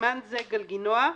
"בסימן זה, "גלגינוע"